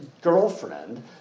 girlfriend